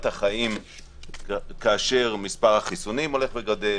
החיים כאשר מספר החיסונים הולך וגדל,